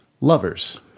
Lovers